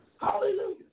Hallelujah